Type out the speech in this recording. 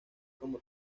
como